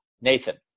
Nathan